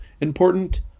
important